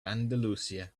andalusia